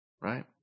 Right